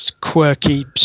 quirky